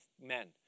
men